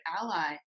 ally